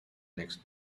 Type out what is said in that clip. next